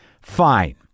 Fine